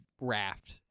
raft